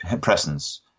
presence